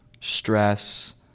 stress